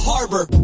Harbor